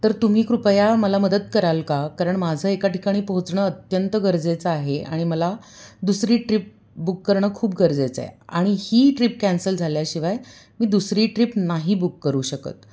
तर तुम्ही कृपया मला मदत कराल का कारण माझं एका ठिकाणी पोहोचणं अत्यंत गरजेचं आहे आणि मला दुसरी ट्रिप बुक करणं खूप गरजेचं आहे आणि ही ट्रिप कॅन्सल झाल्याशिवाय मी दुसरी ट्रिप नाही बुक करू शकत